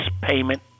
payment